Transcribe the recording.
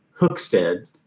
hookstead